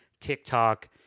TikTok